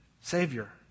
Savior